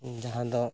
ᱡᱟᱦᱟᱸ ᱫᱚ